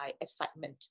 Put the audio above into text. excitement